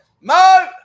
Mo